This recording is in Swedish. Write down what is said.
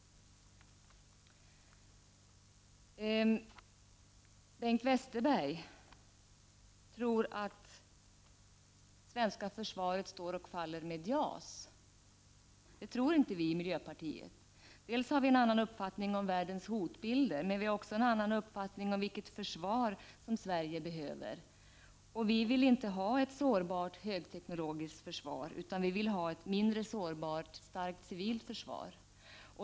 Bengt Westerberg tror att svenska försvaret står och faller med JAS. Det tror inte vi i miljöpartiet. För det första har vi en annan uppfattning om världens hotbilder, och för det andra har vi en annan uppfattning om vilket försvar som Sverige behöver. Vi vill inte ha ett sårbart högteknologiskt försvar, utan vi vill ha ett mindre sårbart starkt civilt försvar.